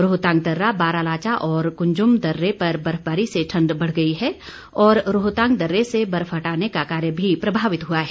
रोहतांग दर्रा बारालाचा और कुंजम दर्रे पर बर्फबारी से ठण्ड बढ़ गई है और रोहतांग दर्रे से बर्फ हटाने का कार्य भी प्रभावित हुआ है